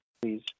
Please